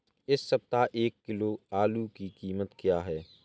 इस सप्ताह एक किलो आलू की कीमत क्या है?